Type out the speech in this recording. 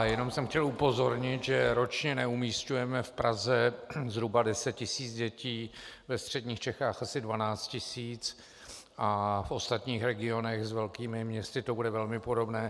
Jenom jsem chtěl upozornit, že ročně neumísťujeme v Praze zhruba 10 tisíc dětí, ve středních Čechách asi 12 tisíc a v ostatních regionech s velkými městy to bude velmi podobné.